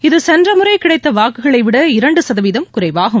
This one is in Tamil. இது சென்ற முறை கிடைத்த வாக்குகளை விட இரண்டு சதவீதம் குறைவாகும்